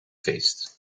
feest